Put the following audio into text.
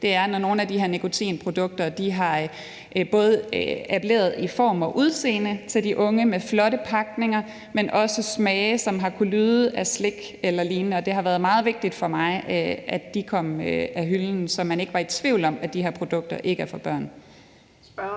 er, at nogle af de her nikotinprodukter både har appelleret i form og udseende til de unge med flotte pakninger, men også smage, som har kunnet lyde som slik eller lignende, og det har været meget vigtigt for mig, at de kom af hylden, så man ikke var i tvivl om, at de her produkter ikke er for børn.